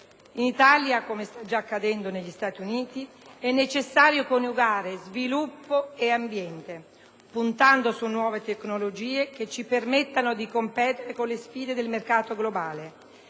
In Italia, come già sta accadendo negli Stati Uniti, è necessario coniugare sviluppo e ambiente, puntando su nuove tecnologie che ci permettano di competere con le sfide del mercato globale